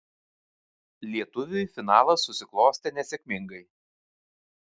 lietuviui finalas susiklostė nesėkmingai